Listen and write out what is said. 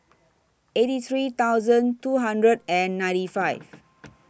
eighty three thousand two hundred and ninety five